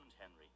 Henry